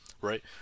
right